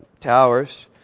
towers